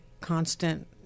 constant